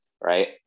right